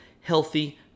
healthy